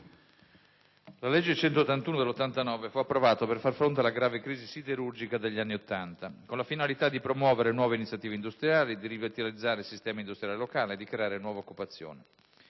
la legge n. 181 del 1989 fu approvata per far fronte alla grave crisi siderurgica degli anni Ottanta, con la finalità di promuovere nuove iniziative industriali, di rivitalizzare il sistema industriale locale e di creare nuova occupazione.